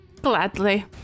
Gladly